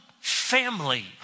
family